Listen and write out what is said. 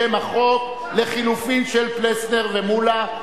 לשם החוק, לחלופין של חברי הכנסת פלסנר ומולה.